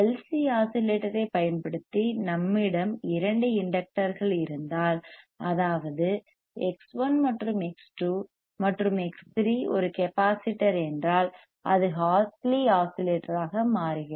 C ஆஸிலேட்டரைப் பயன்படுத்தி நம்மிடம் இரண்டு இண்டக்டர்கள் இருந்தால் அதாவது X1 மற்றும் X2 மற்றும் X3 ஒரு கெப்பாசிட்டர் என்றால் அது ஹார்ட்லி ஆஸிலேட்டராக மாறுகிறது